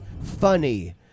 funny